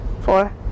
four